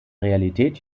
realität